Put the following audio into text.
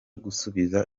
gusubiza